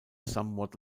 somewhat